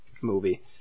movie